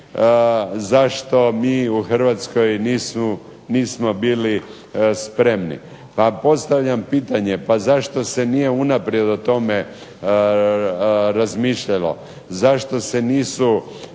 za što mi u Hrvatskoj nismo bili spremni. Pa postavljam pitanje zašto se nije unaprijed o tome razmišljamo, zašto se nisu